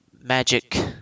magic